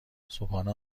صبحانه